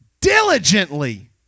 diligently